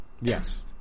Yes